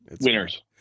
winners